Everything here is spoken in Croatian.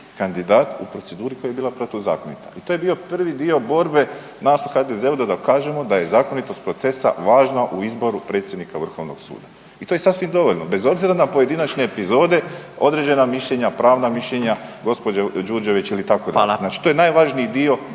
kandidat u proceduri koja je bila protuzakonita. Pa to je bio prvi dio borbe nas u HDZ-u da dokažemo da je zakonitost procesa važna u izboru predsjednika Vrhovnog suda. I to je sasvim dovoljno bez obzira na pojedinačne epizode, određena mišljenja, pravna mišljenja gospođe Đurđević ili tako …/Upadica: Hvala./… znači to je najvažniji dio